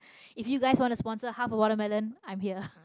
if you guys want to sponsor half a watermelon i'm here